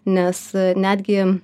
nes netgi